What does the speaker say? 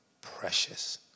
precious